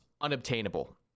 unobtainable